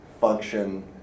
function